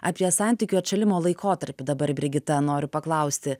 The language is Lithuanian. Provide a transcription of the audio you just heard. apie santykių atšalimo laikotarpį dabar brigita noriu paklausti